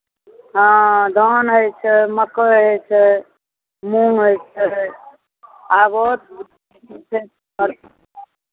हँ धान होइ छै मकइ होइ छै मूँग होइ छै आबथु